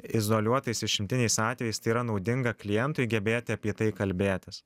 izoliuotais išimtiniais atvejais tai yra naudinga klientui gebėti apie tai kalbėtis